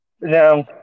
Now